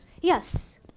Yes